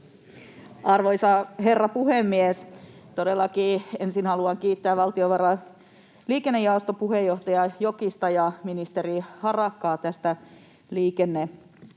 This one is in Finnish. Arvoisa herra puhemies! Todellakin ensin haluan kiittää valtiovarainvaliokunnan liikennejaoston puheenjohtaja Jokista ja ministeri Harakkaa tästä liikenneosiosta.